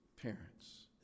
parents